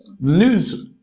News